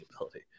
ability